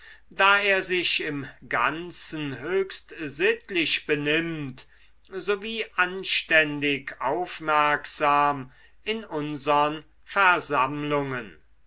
da er sich im ganzen höchst sittlich benimmt sowie anständig aufmerksam in unsern versammlungen